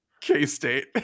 K-State